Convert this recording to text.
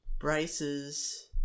Bryce's